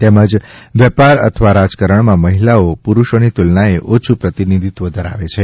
તેમજ વેપાર અથવા રાજકારણમાં મહિલાઓ પુરુષોની તુલનાએ ઓછું પ્રતિનિધિત્વ ધરાવે છે